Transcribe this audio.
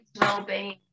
well-being